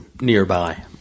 nearby